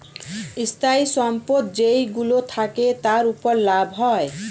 স্থায়ী সম্পদ যেইগুলো থাকে, তার উপর লাভ হয়